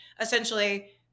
essentially-